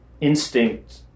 instinct